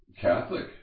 Catholic